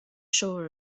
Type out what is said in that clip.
sure